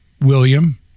William